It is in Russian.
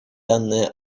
данное